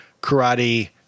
karate